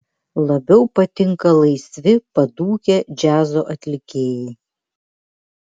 labiau patinka laisvi padūkę džiazo atlikėjai